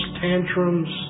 tantrums